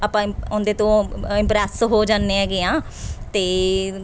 ਆਪਾਂ ਇੰਪ ਉਹਦੇ ਤੋਂ ਇੰਪਰੈਂਸ ਹੋ ਜਾਂਦੇ ਹੈਗੇ ਹਾਂ ਅਤੇ